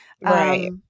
Right